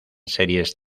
series